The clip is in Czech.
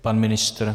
Pan ministr?